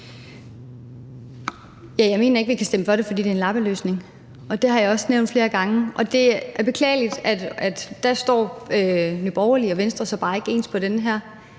Jeg mener ikke, vi kan stemme for det, for det er en lappeløsning. Det har jeg også nævnt flere gange. Og det er beklageligt, at der står Nye Borgerlige og Venstre så bare ikke ens. Jeg mener helt